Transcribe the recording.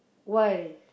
why